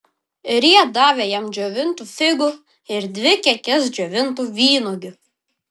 ir jie davė jam džiovintų figų ir dvi kekes džiovintų vynuogių